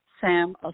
Sam